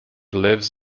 lives